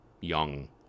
young